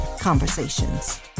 Conversations